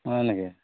হয় নেকি